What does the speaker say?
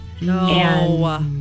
No